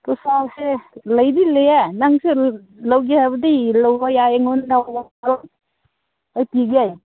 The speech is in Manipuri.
ꯄꯩꯁꯥꯁꯦ ꯂꯩꯗꯤ ꯂꯩꯑꯦ ꯅꯪꯁꯨ ꯂꯧꯒꯦ ꯍꯥꯏꯕꯗꯤ ꯂꯧꯑꯣ ꯌꯥꯏꯌꯦ ꯑꯩꯉꯣꯟꯗ ꯑꯩ ꯄꯤꯒꯦ